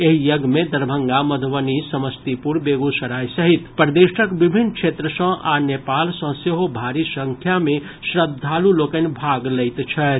एहि यज्ञ मे दरभंगा मधुबनी समस्तीपुर बेगूसराय सहित प्रदेशक विभिन्न क्षेत्र सॅ आ नेपाल सॅ सेहो भारी संख्या मे श्रद्धालु लोकनि भाग लैत छथि